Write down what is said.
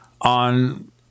on